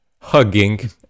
hugging